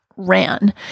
ran